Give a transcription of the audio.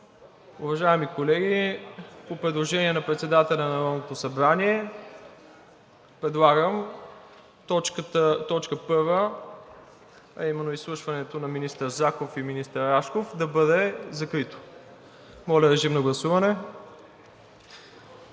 Уважаеми колеги, по предложение на председателя на Народното събрание предлагам точка първа, а именно: изслушването на министър Заков и министър Рашков да бъде закрито. Моля, режим на гласуване.